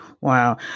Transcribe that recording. Wow